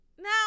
Now